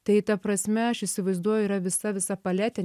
tai ta prasme aš įsivaizduoju yra visa visa paletė